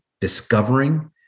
discovering